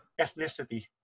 ethnicity